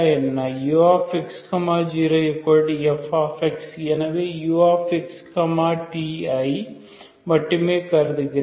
ux 0f எனவே ux t ஐ மட்டுமே கருதுகிறோம்